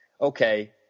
okay